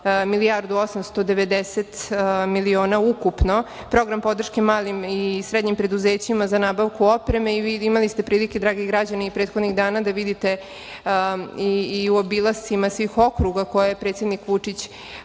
odnosno 1.890.000.000 ukupno, Program podrške malim i srednjim preduzećima za nabavku opreme i imali ste prilike, dragi građani, i prethodnih dana da vidite i u obilascima svih okruga koje je predsednik Vučić